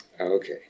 Okay